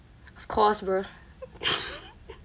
of course bruh